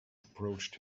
approached